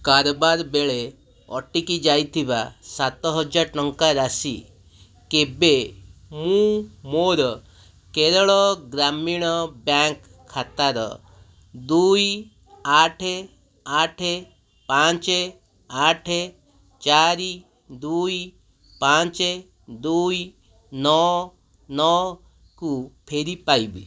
କାରବାର ବେଳେ ଅଟକି ଯାଇଥିବା ସାତ୍ ହାଜର ଟଙ୍କାର ରାଶି କେବେ ମୁଁ ମୋର କେରଳ ଗ୍ରାମୀଣ ବ୍ୟାଙ୍କ୍ ଖାତାର ଦୁଇ ଆଠ ଆଠ ପାଞ୍ଚ ଆଠ ଚାରି ଦୁଇ ପାଞ୍ଚ ଦୁଇ ନଅ ନଅକୁ ଫେରି ପାଇବି